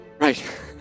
Right